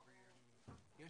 זה